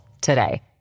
today